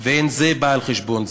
ואין זה בא על חשבון זה.